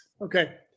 okay